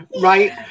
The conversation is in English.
right